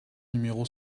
numéro